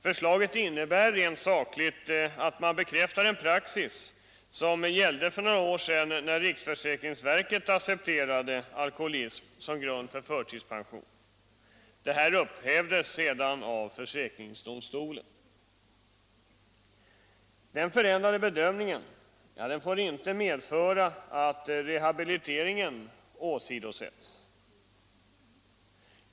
Förslaget innebär rent sakligt att man bekräftar en praxis som gällde för några år sedan när riksförsäkringsverket accepterade alkoholism som grund för förtidspension. Beslut i den riktningen upphävdes sedan av försäkringsdomstolen. Den förändrade bedömningen får inte medföra att rehabiliteringen åsidosätts.